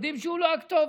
יודעים שהוא לא הכתובת.